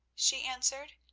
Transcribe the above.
she answered.